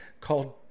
called